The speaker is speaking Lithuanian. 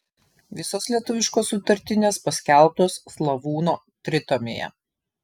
visos lietuviškos sutartinės paskelbtos slavūno tritomyje